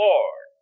Lord